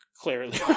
clearly